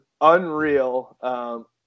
unreal